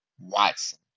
Watson